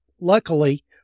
luckily